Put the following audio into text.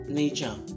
nature